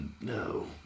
No